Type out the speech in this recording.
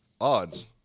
Odds